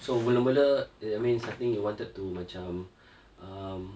so mula mula eh I mean something you wanted to macam um